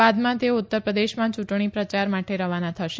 બાદમાં તેઓ ઉત્તર પ્રદેશમાં ચુંટણી પ્રચાર માટે રવાના થશે